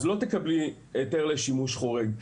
אז לא תקבלו היתר לשימוש חורג.